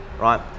right